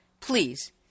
please